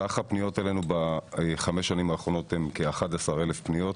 סך הפניות אלינו בחמש השנים האחרונות הן כ-11,000 פניות